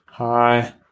Hi